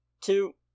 two